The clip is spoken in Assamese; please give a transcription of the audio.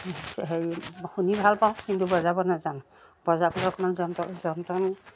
হেৰি শুনি ভাল পাওঁ কিন্তু বজাব নোজানো বজাবলৈ অকমান যন্ত যন্তন